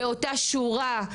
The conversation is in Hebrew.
באותה שורה,